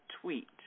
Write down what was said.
tweet